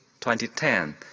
2010